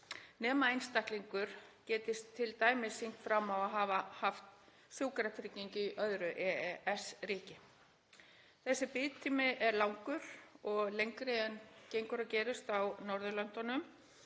nema einstaklingur geti t.d. sýnt fram á að hafa haft sjúkratryggingu í öðru EES-ríki. Þessi biðtími er langur og lengri en gengur og gerist á Norðurlöndunum